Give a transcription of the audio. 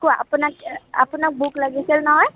কোৱা আপোনাক আপোনাক বুক লাগিছিল নহয়